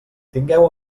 tingueu